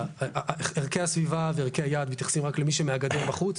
ערכי הסביבה וערכי היעד מתייחסים רק למי שמהגדר בחוץ.